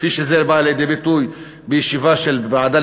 כפי שזה בא לידי ביטוי בישיבה של הוועדה